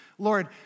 Lord